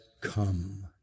come